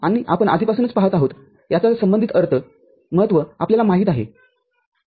आणि आपण आधीपासूनच पहात आहोत याचा संबंधित अर्थमहत्व आपल्याला माहिती आहे